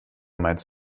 meinst